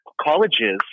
colleges